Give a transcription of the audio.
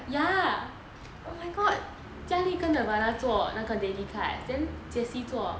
ya jia li 跟 nirvana 做那个 daily cuts then jie qi 做